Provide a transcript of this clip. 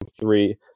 three